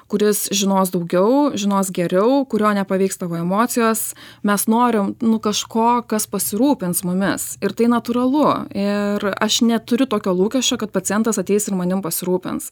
kuris žinos daugiau žinos geriau kurio nepaveiks tavo emocijos mes norim nu kažko kas pasirūpins mumis ir tai natūralu ir aš neturiu tokio lūkesčio kad pacientas ateis ir manim pasirūpins